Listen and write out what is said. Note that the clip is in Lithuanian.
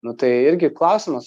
nu tai irgi klausimas